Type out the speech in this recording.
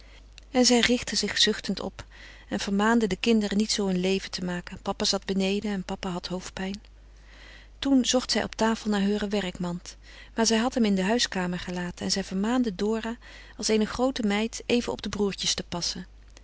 en zij richtte zich zuchtend op en vermaande de kinderen niet zoo een leven te maken papa zat beneden en papa had hoofdpijn toen zocht zij op tafel naar heure werkmand maar zij had hem in de huiskamer gelaten en zij vermaande dora als eene groote meid even op de broêrtjes te passen